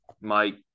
Mike